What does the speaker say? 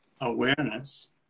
awareness